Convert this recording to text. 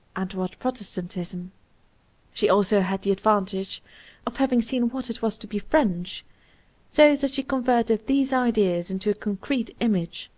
and what protestantism she also had the advantage of having seen what it was to be french so that she converted these ideas into a concrete image,